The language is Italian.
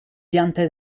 piante